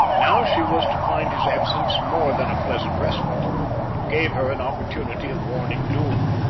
now she was to find his absence more than a pleasant respite it gave her an opportunity of warning doom.